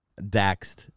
Daxed